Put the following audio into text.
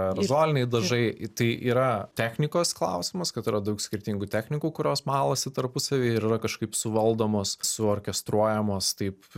aerozoliniai dažai tai yra technikos klausimas kad yra daug skirtingų technikų kurios malasi tarpusavy ir yra kažkaip suvaldomos suorkestruojamos taip